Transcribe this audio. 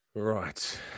Right